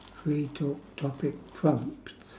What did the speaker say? free talk topic prompts